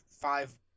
five